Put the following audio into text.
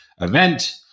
event